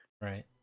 Right